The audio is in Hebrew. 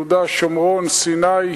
יהודה, שומרון, סיני.